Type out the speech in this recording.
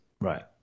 Right